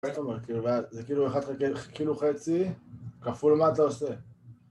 זה כאילו חצי כפול מה אתה עושה